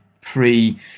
pre